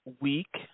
week